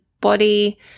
body